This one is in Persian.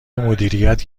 مدیریت